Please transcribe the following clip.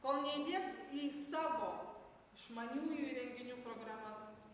kol neįdiegs į savo išmaniųjų įrenginių programas